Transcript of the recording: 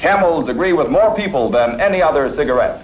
camels agree with more people than any other cigarette